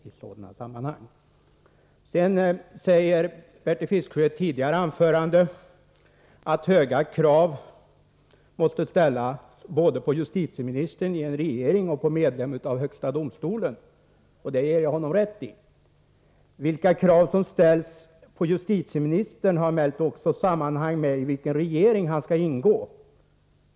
Bertil Fiskesjö sade i ett tidigare anförande att höga krav måste ställas både på justitieministern i en regering och på en medlem av högsta domstolen. Det ger jag honom rätt i. Vilka krav som ställs på en justitieminister har emellertid också samband med i vilken regering han skall ingå.